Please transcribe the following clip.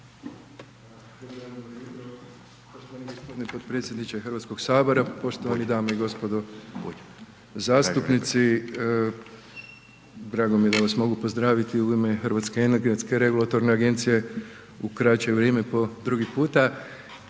Hrvatske energetske regulatorne agencije u kraće vrijeme po drugi puta.